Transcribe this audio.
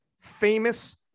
famous